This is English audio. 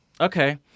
okay